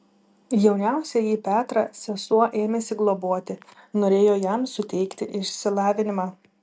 jauniausiąjį petrą sesuo ėmėsi globoti norėjo jam suteikti išsilavinimą